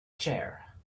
chair